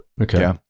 Okay